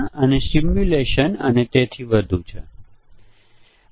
હવે જો આપણે બધા સંભવિત સંયોજનો ધ્યાનમાં લઈએ જે એક વિશાળ સંખ્યા હશે